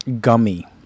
gummy